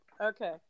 Okay